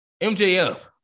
MJF